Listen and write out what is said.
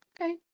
okay